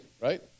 right